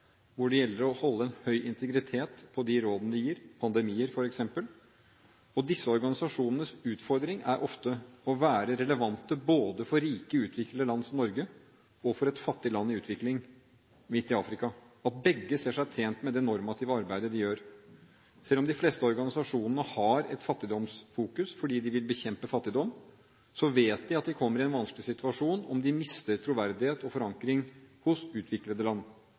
hvor det gjelder å holde en høy integritet på de rådene de gir, om pandemier f.eks. Disse organisasjonenes utfordring er ofte å være relevante både for rike, utviklede land som Norge og for et fattig land i utvikling midt i Afrika, at begge ser seg tjent med det normative arbeidet de gjør. Selv om de fleste organisasjonene har et fattigdomsfokus fordi de vil bekjempe fattigdom, vet de at de kommer i en vanskelig situasjon om de mister troverdighet og forankring hos utviklede land.